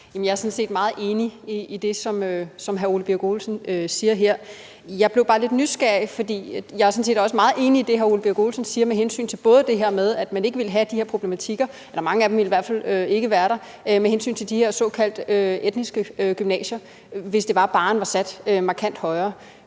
set meget enig i det, som hr. Ole Birk Olesen siger her. Jeg blev bare lidt nysgerrig, for jeg er sådan set også meget enig i det, hr. Ole Birk Olesen siger om det her med, at man ikke ville have de her problematikker – eller mange af dem ville i hvert fald ikke være der – med hensyn til de her såkaldt etniske gymnasier, hvis barren var sat markant højere.